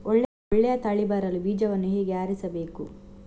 ಒಳ್ಳೆಯ ತಳಿ ಬರಲು ಬೀಜವನ್ನು ಹೇಗೆ ಆರಿಸಬೇಕು?